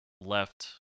left